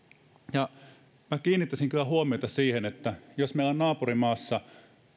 kiinnittäisin kyllä huomiota siihen että jos meillä on naapurimaassa